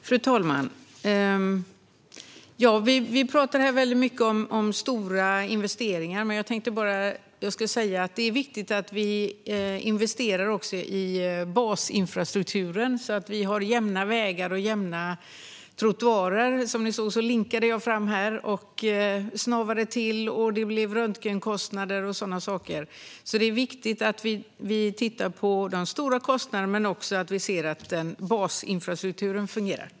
Fru talman! Vi talar mycket om stora investeringar, men det är också viktigt att investera i basinfrastrukturen så att vi har jämna vägar och jämna trottoarer. Som ni såg linkade jag fram. Jag snavade till, och det blev röntgenkostnader och sådant. Det är alltså viktigt att titta på de stora kostnaderna men också att se till att basinfrastrukturen fungerar.